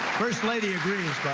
first lady agrees, by